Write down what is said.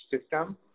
system